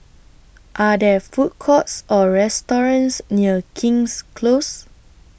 Are There Food Courts Or restaurants near King's Close